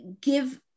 give